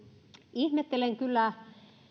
ihmettelen kyllä